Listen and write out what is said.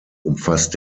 umfasst